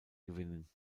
gewinnen